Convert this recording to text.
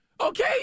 Okay